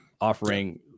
offering